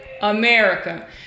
America